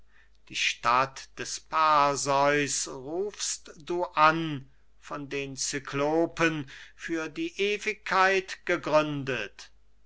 die stadt des perseus rufst du an von den cyklopen für die ewigkeit gegründet